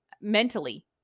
mentally